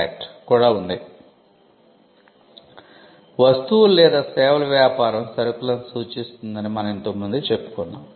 'వస్తువులు లేదా సేవల' వ్యాపారం సరుకులను సూచిస్తుందని మనం ఇంతకు ముందే చెప్పుకున్నాం